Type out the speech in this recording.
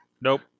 nope